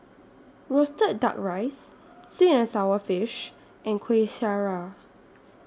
Roasted Duck Rice Sweet and Sour Fish and Kueh Syara